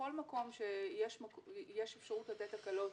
בכל מקום שיש אפשרות לתת הקלות,